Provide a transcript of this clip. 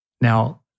Now